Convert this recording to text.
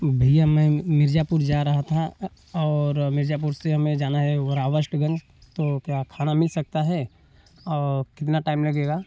भैया मैं मिर्ज़ापुर जा रहा था और मिर्ज़ापुर से हमें जाना है वरावस्टगंज तो क्या खाना मिल सकता है कितना टाइम लगेगा